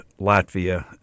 Latvia